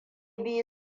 biyu